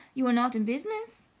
you are not in business.